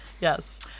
Yes